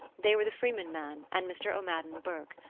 they were the freeman man and mr. o'madden burke.